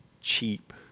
cheap